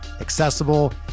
accessible